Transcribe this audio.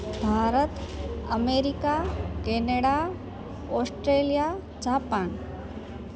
Bharat America Canada Australia Japan